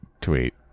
tweet